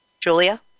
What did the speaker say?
Julia